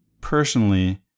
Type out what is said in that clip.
personally